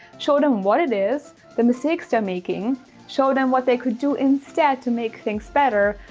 show them what it is, the mistakes they're making, show them what they could do instead to make things better.